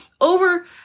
over